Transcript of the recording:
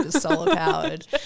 solar-powered